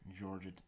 Georgia